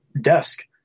desk